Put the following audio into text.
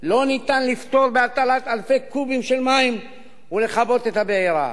לא ניתן לפתור בהטלת אלפי קובים של מים ולכבות את הבעירה.